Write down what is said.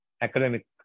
academic